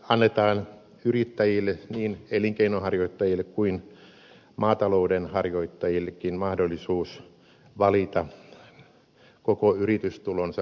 annetaan yrittäjille niin elinkeinonharjoittajille kuin maatalouden harjoittajillekin mahdollisuus valita koko yritystulonsa verotettavaksi ansiotulona